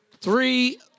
three